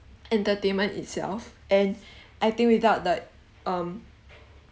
entertainment itself and I think without the um